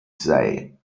sei